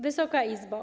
Wysoka Izbo!